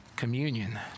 communion